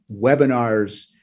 webinars